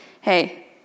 hey